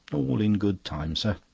all in good time, sir.